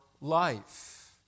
life